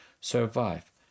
survive